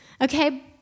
Okay